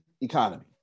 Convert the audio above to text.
economy